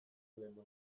lemoizko